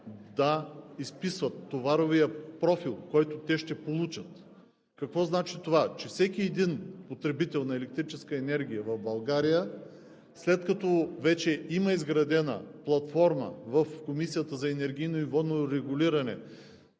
да изписват товаровия профил, който те ще получат. Какво значи това? Че всеки един потребител на електрическа енергия в България, след като вече има изградена платформа в Комисията за енергийно и водно регулиране,